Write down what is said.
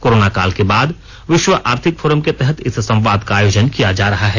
corona काल के बाद विश्वं आर्थिक फोरम के तहत इस संवाद का अयोजन किया जा रहा है